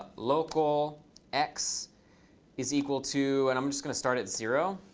local x is equal to and i'm just going to start at zero.